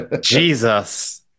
Jesus